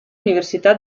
università